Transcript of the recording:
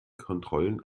kontrollen